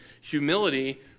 humility